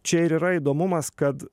čia ir yra įdomumas kad